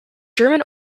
german